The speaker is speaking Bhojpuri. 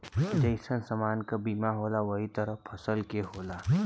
जइसन समान क बीमा होला वही तरह फसल के होला